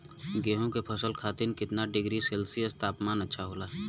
गेहूँ के फसल खातीर कितना डिग्री सेल्सीयस तापमान अच्छा होला?